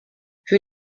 für